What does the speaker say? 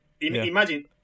imagine